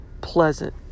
pleasant